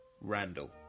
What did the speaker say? Randall